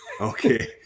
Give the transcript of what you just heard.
Okay